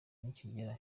nikigera